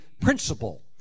principle